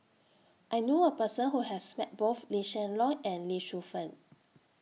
I knew A Person Who has Met Both Lee Hsien Loong and Lee Shu Fen